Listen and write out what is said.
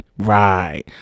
right